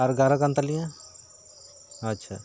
ᱟᱨ ᱮᱜᱟᱨᱚ ᱠᱟᱱ ᱛᱟᱞᱤᱧᱟ ᱟᱪᱪᱷᱟ